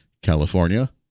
California